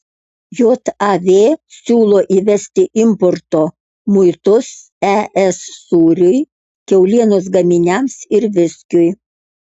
jav siūlo įvesti importo muitus es sūriui kiaulienos gaminiams ir viskiui